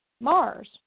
mars